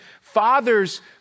father's